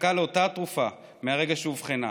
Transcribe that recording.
מחכה לאותה תרופה מהרגע שאובחנה.